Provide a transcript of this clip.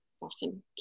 Awesome